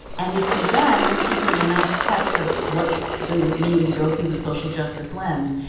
and if you then, and this sort of a nice test of what does it mean to go through the social justice lens,